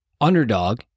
underdog